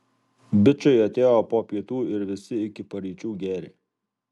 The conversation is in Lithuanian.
bičai atėjo po pietų ir visi iki paryčių gėrė